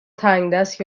تنگدست